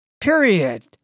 period